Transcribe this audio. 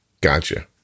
gotcha